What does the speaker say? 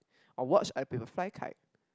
or watch other people fly kite